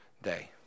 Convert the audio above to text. day